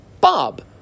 Bob